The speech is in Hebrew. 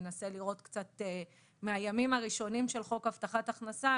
ננסה לראות מהימים הראשונים של חוק הבטחת הכנסה,